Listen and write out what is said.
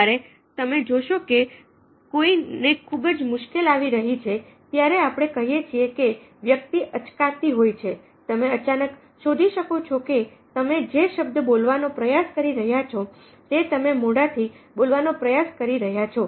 જ્યારે તમે જોશો કે કોઈ ને ખૂબ જ મુશ્કેલી આવી રહી છે ત્યારે આપણે કહીએ છે કે કોઈ વ્યક્તિ અચકાતી હોય છેતમે અચાનક શોધી શકો છો કે તમે જે શબ્દો બોલવાનો પ્રયાસ કરી રહ્યા છો તે તમે મોઢેથી બોલવાનો પ્રયાસ કરી રહ્યા છો